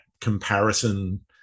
comparison